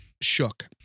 Shook